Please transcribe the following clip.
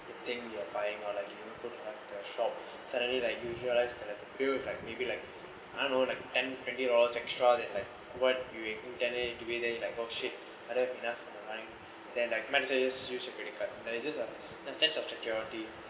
the thing you are buying or like you know go to like the shop suddenly like you realise that you have to pay with like maybe like I don't know like ten twenty dollars extra that like what you tending to pay you like oh shit I don't have enough money then like might as well just use your credit card then you just the sense of security